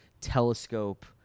telescope